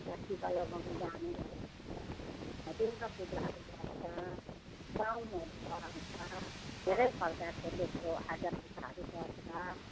त्यहाँ टिका लगाउनु जाने गरेको छ दुर्गा पूजाहरू गर्छ बाहुनहरू पढाउँछ धेरै प्रकारको त्यस्तो आजा पूजाहरू गर्छ